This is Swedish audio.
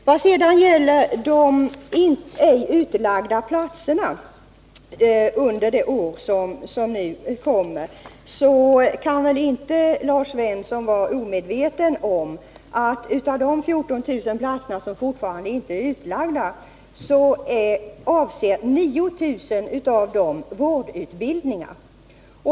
Vad sedan gäller de ej utlagda platserna under det år som nu kommer kan väl Lars Svensson inte vara omedveten om att av de 14 000 platser som fortfarande inte är utlagda avser 9000 vårdutbildningar.